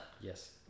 Yes